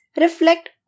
reflect